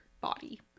body